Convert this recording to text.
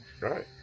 Right